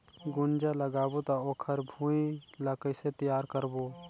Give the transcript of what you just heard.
गुनजा लगाबो ता ओकर भुईं ला कइसे तियार करबो?